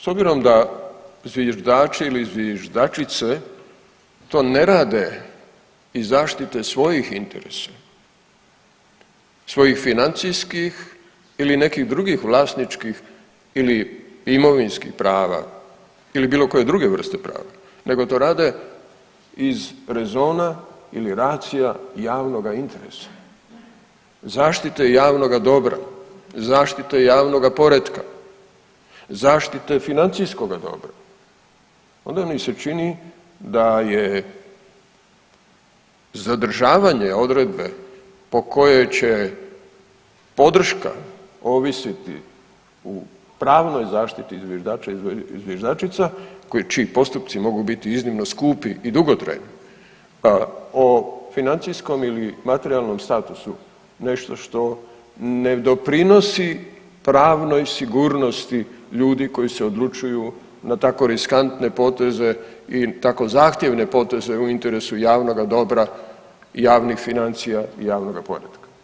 S obzirom da zviždači ili zviždačice to ne rade iz zaštite svojih interesa, svojih financijskih ili nekih drugih vlasničkih ili imovinskih prava ili bilo koje druge vrste prava, nego to rade iz rezona ili ratio-a javnoga interesa, zaštite javnoga dobra, zaštite javnoga poretka, zaštite financijskoga dobra onda mi se čini da je zadržavanja odredbe po kojoj će podrška ovisiti u pravnoj zaštiti zviždača i zviždačica čiji postupci mogu biti iznimno skupi i dugotrajni, a o financijskom ili materijalnom statusu nešto što ne doprinosi pravnoj sigurnosti ljudi koji se odlučuju na tako riskantne poteze i tako zahtjevne poteze u interesu javnoga dobra javnih financija i javnoga poretka.